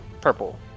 Purple